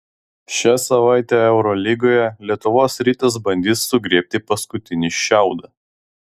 šią savaitę eurolygoje lietuvos rytas bandys sugriebti paskutinį šiaudą